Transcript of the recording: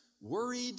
worried